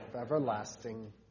everlasting